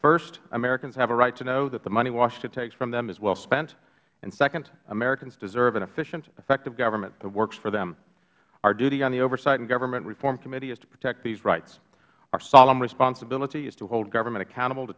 first americans have a right to know that the money washington takes from them is well spent and second americans deserve an efficient effective government that works for them our duty on the oversight and government reform committee is to protect these rights our solemn responsibility is to hold government accountable t